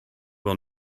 will